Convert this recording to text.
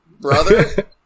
brother